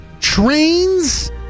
Trains